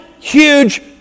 huge